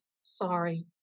sorry